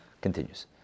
continues